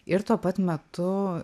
ir tuo pat metu